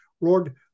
Lord